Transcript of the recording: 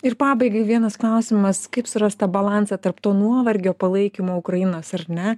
ir pabaigai vienas klausimas kaip surast tą balansą tarp to nuovargio palaikymo ukrainos ar ne